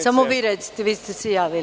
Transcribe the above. Samo vi recite, vi ste se javili.